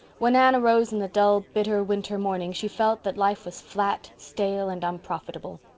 when anne arose in the dull, bitter winter morning she felt that life was flat, stale, and unprofitable.